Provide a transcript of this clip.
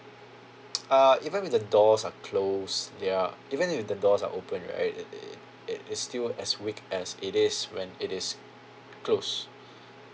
uh even with the doors are closed ya even if the doors are open right it it it's still as weak as it is when it is closed